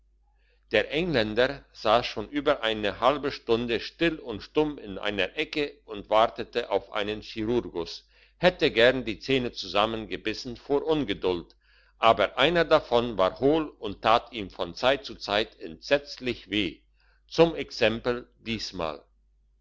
der engländer sass schon über eine halbe stunde still und stumm in einer ecke und wartete auf einen chirurgus hätte gern die zähne zusammengebissen vor ungeduld aber einer davon war hohl und tat ihm von zeit zu zeit entsetzlich weh zum exempel diesmal